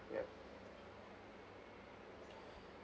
yup